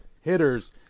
hitters